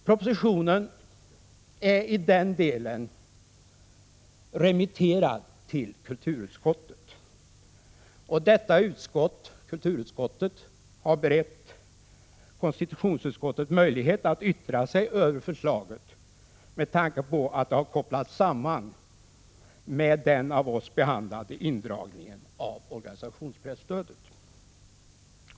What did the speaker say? Propositionen är i denna del remitterad till kulturutskottet, och detta utskott har berett konstitutionsutskottet möjlighet att yttra sig över förslaget, med tanke på att det kopplats samman med den av oss behandlade frågan om indragning av organisationspresstödet.